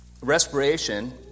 respiration